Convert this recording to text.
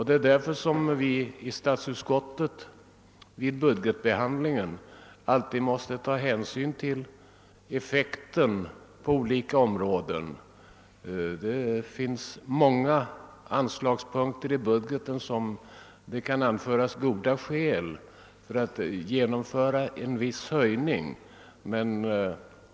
Det är därför som vi i statsutskottet vid budgetbehandlingen alltid måste ta hänsyn till effekten på olika områden. Det finns många anslagspunkter i budgeten beträffande vilka det kan anföras goda skäl för att genomföra en viss höjning.